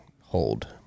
hold